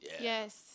Yes